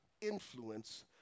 influence